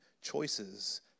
choices